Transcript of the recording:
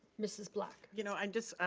mrs. black. you know, i just,